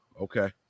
Okay